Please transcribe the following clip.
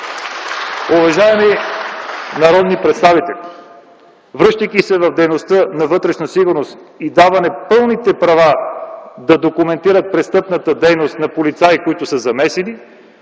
Уважаеми народни представители, връщайки се в дейността на „Вътрешна сигурност” и даване пълните права да документират престъпната дейност на полицаи, които са замесени,